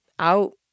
Out